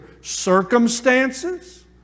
circumstances